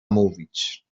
mówić